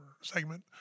segment